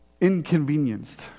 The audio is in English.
inconvenienced